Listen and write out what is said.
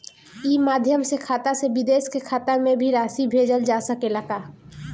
ई माध्यम से खाता से विदेश के खाता में भी राशि भेजल जा सकेला का?